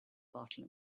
bottle